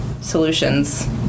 solutions